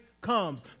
comes